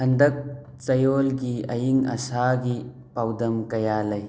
ꯍꯟꯗꯛ ꯆꯌꯣꯜꯒꯤ ꯑꯌꯤꯡ ꯑꯁꯥꯒꯤ ꯄꯥꯎꯗꯝ ꯀꯌꯥ ꯂꯩ